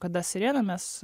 kada sirėna mes